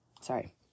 Sorry